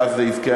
ואז זה יזכה,